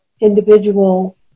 individual